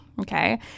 Okay